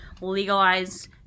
legalize